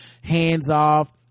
hands-off